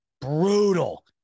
brutal